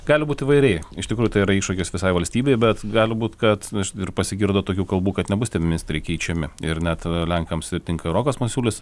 gali būt įvairiai iš tikrųjų tai yra iššūkis visai valstybei bet gali būt kad ir pasigirdo tokių kalbų kad nebus tie ministrai keičiami ir net lenkams ir tinka rokas masiulis